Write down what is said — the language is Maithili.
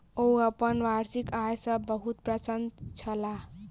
ओ अपन वार्षिक आय सॅ बहुत प्रसन्न छलाह